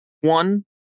One